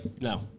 no